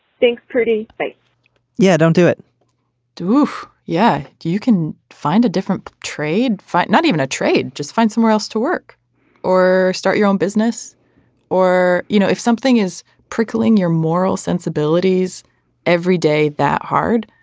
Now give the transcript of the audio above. thanks pretty late yeah don't do it do. so yeah. you can find a different trade fight not even a trade. just find somewhere else to work or start your own business or you know if something is precluding your moral sensibilities every day that hard.